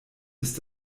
ist